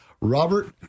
Robert